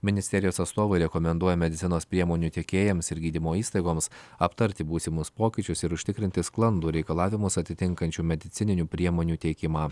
ministerijos atstovai rekomenduoja medicinos priemonių tiekėjams ir gydymo įstaigoms aptarti būsimus pokyčius ir užtikrinti sklandų reikalavimus atitinkančių medicininių priemonių teikimą